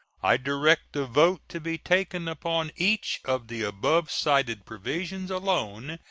i direct the vote to be taken upon each of the above-cited provisions alone,